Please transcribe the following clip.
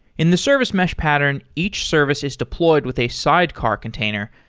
in the service mesh pattern, each service is deployed with a sidecar container,